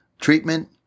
treatment